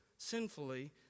sinfully